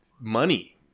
money